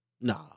Nah